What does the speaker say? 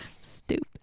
Stupid